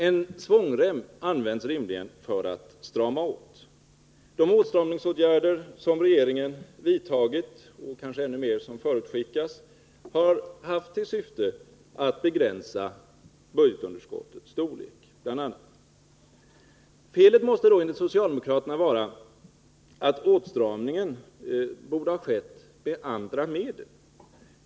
En svångrem används rimligen för att strama åt. De åtstramningsåtgärder som regeringen vidtagit — och kanske ännu mer de som förutskickas — har bl.a. haft till syfte att begränsa budgetunderskottets storlek. Felet måste då vara, enligt socialdemokraterna, att åtstramningen inte skedde med andra medel.